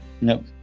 Nope